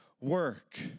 work